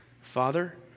Father